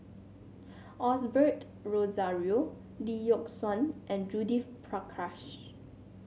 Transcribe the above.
Osbert Rozario Lee Yock Suan and Judith Prakash